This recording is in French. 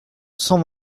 cent